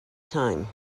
time